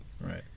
Right